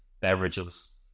beverages